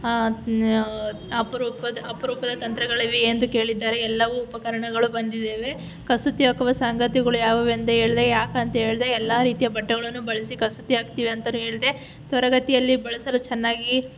ಅಪರೂಪದ ಅಪರೂಪದ ತಂತ್ರಗಳಿವೆಯೇ ಎಂದು ಕೇಳಿದ್ದಾರೆ ಎಲ್ಲವೂ ಉಪಕರಣಗಳು ಬಂದಿದ್ದೇವೆ ಕಸೂತಿ ಹಾಕುವ ಸಂಗತಿಗಳು ಯಾವ್ಯಾವು ಎಂದು ಹೇಳಿದೆ ಯಾಕಂತ ಹೇಳಿದೆ ಎಲ್ಲ ರೀತಿಯ ಬಟ್ಟೆಗಳನ್ನು ಬಳಸಿ ಕಸೂತಿ ಹಾಕ್ತೀವಿ ಅಂತನೂ ಹೇಳಿದೆ ತ್ವರಿತಗತಿಯಲ್ಲಿ ಬಳಸಲು ಚೆನ್ನಾಗಿ